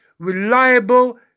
reliable